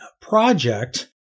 project